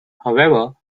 however